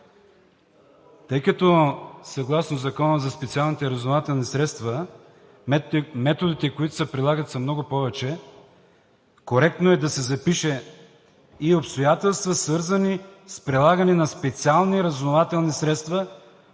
Тъй като съгласно Закона за специалните разузнавателни средства методите, които се прилагат, са много повече, коректно е да се запише: „и обстоятелства, свързани с прилагане на специални разузнавателни средства